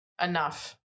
enough